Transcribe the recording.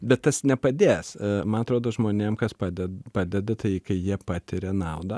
bet tas nepadės man atrodo žmonėm kas pade padeda tai kai jie patiria naudą